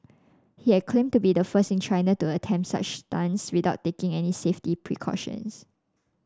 he had claimed to be the first in China to attempt such stunts without taking any safety precautions